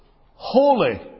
holy